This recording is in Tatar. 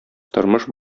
тормыш